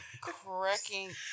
cracking